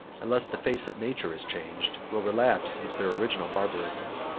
unless the face of nature is changed, will relapse into their original barbarism.